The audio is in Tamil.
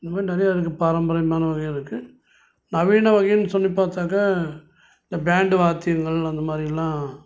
இதுமாரி நிறைய இருக்கு பாரம்பரியமான வகையும் இருக்கு நவீன வகைன்னு சொல்லிப்பார்த்தாக்கா இந்த பேண்டு வாத்தியங்கள் அந்தமாதிரியெல்லாம்